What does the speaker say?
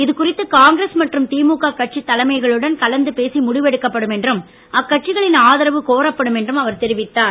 இதுகுறித்து காங்கிரஸ் மற்றும் திமுக கட்சி தலைமைகளுடன் கலந்து பேசி முடிவெடுக்கப்படும் என்றும் அக்கட்சிகளின் ஆதரவு கோரப்படும் என்றும் அவர் தெரிவித்தார்